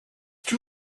too